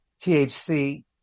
THC